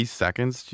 seconds